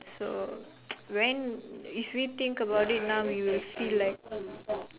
so then if we think about now we will feel like